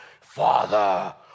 Father